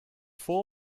vol